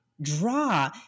Draw